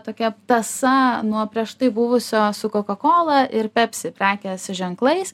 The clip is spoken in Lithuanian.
tokia tąsa nuo prieš tai buvusio su kokakola ir pepsi prekės ženklais